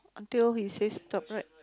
till he says stop right